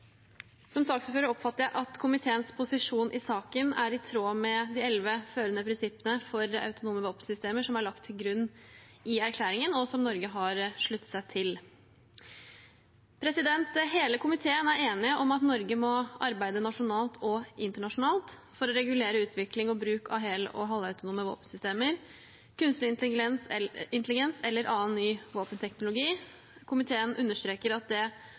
Som saksordfører oppfatter jeg at komiteens posisjon i saken er i tråd med de elleve førende prinsippene for autonome våpensystemer som er lagt til grunn i erklæringen, og som Norge har sluttet seg til. Hele komiteen er enige om at Norge må arbeide nasjonalt og internasjonalt for å regulere utvikling og bruk av hel- og halvautonome våpensystemer, kunstig intelligens eller annen ny våpenteknologi. Komiteen understreker at